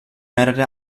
mehrere